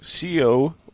CO